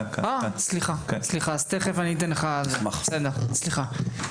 אה סליחה, סליחה תכף אני אתן לך, אז בסדר סליחה.